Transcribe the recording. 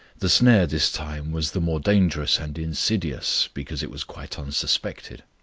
the snare this time was the more dangerous and insidious because it was quite unsuspected.